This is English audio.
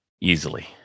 easily